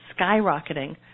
skyrocketing